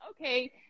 okay